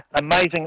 amazing